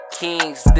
kings